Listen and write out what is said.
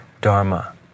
Dharma